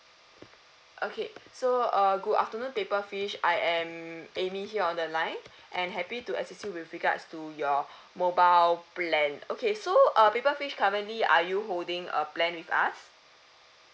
okay so uh good afternoon paper fish I am amy here on the line and happy to assist you with regards to your mobile plan okay so uh paper fish currently are you holding a plan with us